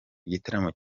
igitaramo